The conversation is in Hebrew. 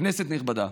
כנסת נכבדה,